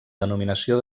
denominació